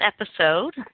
episode